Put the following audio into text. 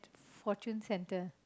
fortune centre